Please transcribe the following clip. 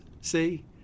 See